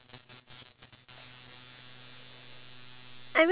I feel because back then in the olden days they